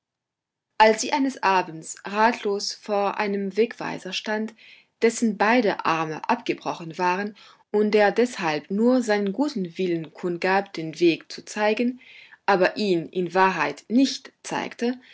als sie eines abends ratlos vor einem wegweiser stand dessen beide arme abgebrochen waren und der deshalb nur seinen guten willen kundgab den weg zu zeigen aber ihn in wahrheit nicht zeigte